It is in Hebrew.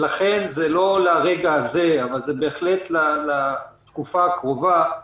לא לרגע הזה אבל לתקופה הקרובה,